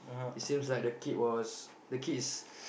it seems like the kid was the kid is